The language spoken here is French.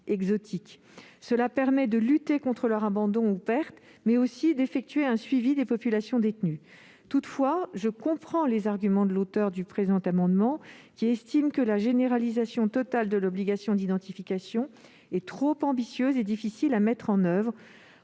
exotiques. Cela permet de lutter contre l'abandon ou la perte de ces animaux mais également d'assurer un suivi des populations possédées. Toutefois, je comprends les arguments de l'auteur du présent amendement, qui estime que la généralisation totale de l'obligation d'identification est trop ambitieuse et difficile à mettre en oeuvre.